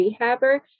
rehabber